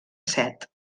set